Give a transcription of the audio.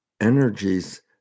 energies